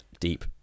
deep